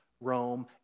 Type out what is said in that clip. Rome